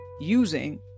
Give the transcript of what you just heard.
using